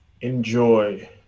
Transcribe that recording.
enjoy